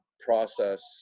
process